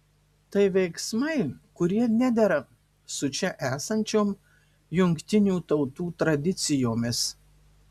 tai veiksmai kurie nedera su čia esančiom jungtinių tautų tradicijomis